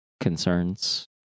concerns